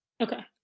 Okay